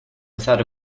without